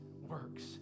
works